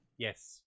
Yes